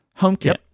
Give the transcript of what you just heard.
HomeKit